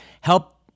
Help